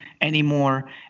anymore